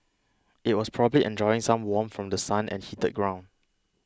it was probably enjoying some warmth from The Sun and heated ground